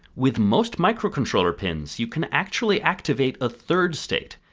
with most microcontroller pins you can actually activate a third state,